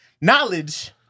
knowledge